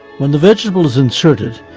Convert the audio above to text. when the vegetable is inserted,